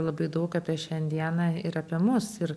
labai daug apie šiandieną ir apie mus ir